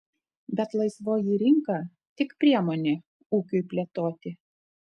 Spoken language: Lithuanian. bet laisvoji rinka tik priemonė ūkiui plėtoti